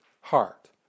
heart